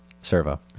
Servo